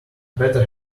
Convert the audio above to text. better